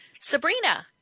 Sabrina